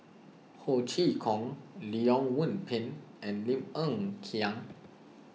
Ho Chee Kong Leong Yoon Pin and Lim Hng Kiang